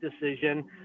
decision